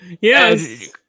yes